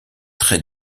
très